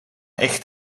echt